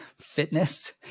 fitness